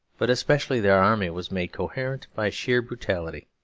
but especially their army, was made coherent by sheer brutality.